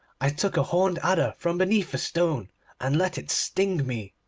i took a horned adder from beneath a stone and let it sting me.